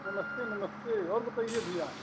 नमस्ते नमस्ते और बताइये भैया